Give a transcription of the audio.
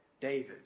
David